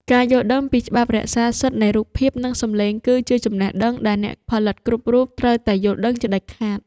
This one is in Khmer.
ការយល់ដឹងពីច្បាប់រក្សាសិទ្ធិនៃរូបភាពនិងសំឡេងគឺជាចំណេះដឹងដែលអ្នកផលិតគ្រប់រូបត្រូវតែយល់ដឹងជាដាច់ខាត។